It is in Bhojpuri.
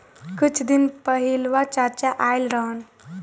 कुछ दिन पहिलवा चाचा आइल रहन